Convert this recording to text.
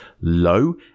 low